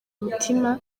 imitima